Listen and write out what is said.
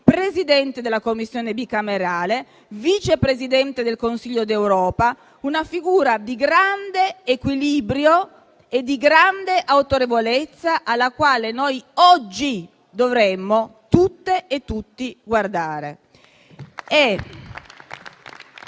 Presidente della Commissione bicamerale; Vice Presidente del Consiglio d'Europa; una figura di grande equilibrio e autorevolezza, alla quale noi oggi dovremmo tutte e tutti guardare.